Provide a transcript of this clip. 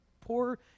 poor